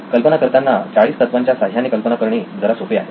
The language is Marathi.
कल्पना करतांना 40 तत्त्वांच्या साह्याने कल्पना करणे जरा सोपे आहे